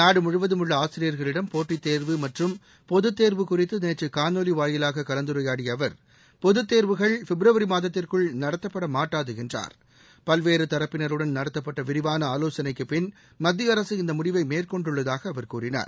நாடு முழுவதும் உள்ள ஆசியர்களிடம் போட்டித் தேர்வு மற்றும் பொதுத் தேர்வு குறித்து நேற்று காணொலி வாயிலாக கலந்துரையாடிய அவர் பொதுத் தேர்வுகள் பிப்ரவரி மாதத்திற்குள் நடத்தப்பட மாட்டாது என்றார் பல்வேறு தரப்பினருடன் நடத்தப்பட்ட விரிவான ஆலோசனைக்குப் பின் மத்திய அரசு இந்த முடிவை மேற்கொண்டுள்ளதாக அவர் கூறினார்